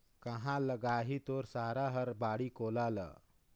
काँहा लगाही तोर सारा हर बाड़ी कोला ल